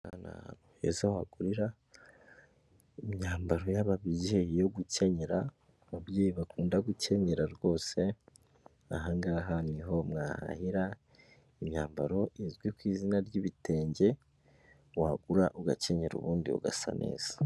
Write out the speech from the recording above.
Aha ni ahantu heza wagurira imyambaro y'ababyeyi yo gukenyera, ababyeyi bakunda gukenyera rwose, aha ngaha niho mwahahira imyambaro izwi ku izina ry'ibitenge, wagura ugakenyera ubundi ugasa neza.